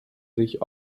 sich